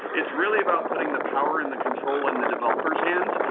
it's really about putting the power and the control in the developers' hands.